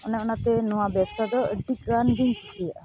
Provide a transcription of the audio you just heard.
ᱚᱱᱮ ᱚᱱᱟᱛᱮ ᱱᱚᱣᱟ ᱵᱮᱵᱽᱥᱟ ᱫᱚ ᱟᱹᱰᱤᱜᱟᱱ ᱜᱤᱧ ᱠᱩᱥᱤᱭᱟᱜᱼᱟ